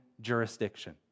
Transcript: jurisdiction